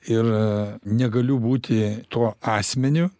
ir negaliu būti tuo asmeniu